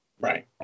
Right